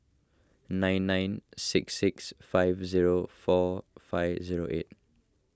nine nine six six five zero four five zero eight